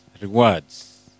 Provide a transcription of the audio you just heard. Rewards